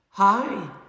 Hi